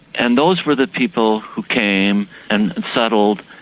and those were the people who came and settled,